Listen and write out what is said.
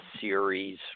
series